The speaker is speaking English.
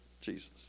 Jesus